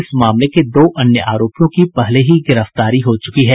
इस मामले के दो अन्य आरोपियों की पहले ही गिरफ्तारी हो चुकी है